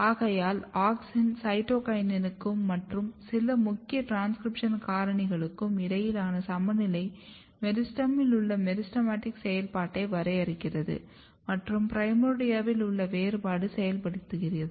ஆகையால் ஆக்ஸின் சைட்டோகினினுக்கும் மற்றும் சில முக்கிய டிரான்ஸ்கிரிப்ஷன் காரணிகளுக்கும் இடையிலான சமநிலை மெரிஸ்டெமில் உள்ள மெரிஸ்டெமடிக் செயல்பாட்டை வரையறுக்கிறது மற்றும் ப்ரிமார்டியாவில் உள்ள வேறுபாடு செயல்படுத்துகிறது